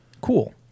Cool